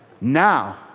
Now